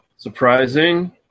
Surprising